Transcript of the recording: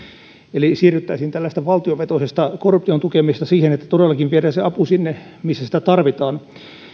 eli siirryttäisiin tällaisesta valtiovetoisesta korruption tukemisesta siihen että todellakin viedään se apu sinne missä sitä tarvitaan